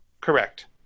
Correct